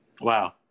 Wow